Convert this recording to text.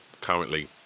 currently